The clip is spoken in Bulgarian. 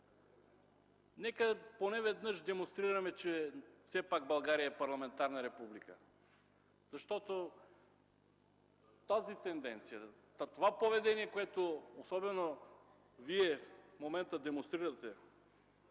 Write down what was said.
Нека поне веднъж демонстрираме, че все пак България е парламентарна република. Защото тази тенденция, това поведение, което Вие в момента демонстрирате,